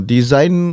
Design